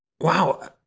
Wow